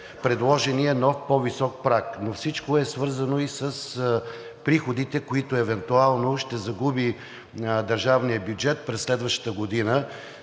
предложения нов по-висок праг, но всичко е свързано и с приходите, които евентуално ще загуби държавния бюджет през следващата година.